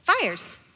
fires